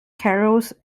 carols